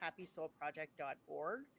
happysoulproject.org